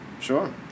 Sure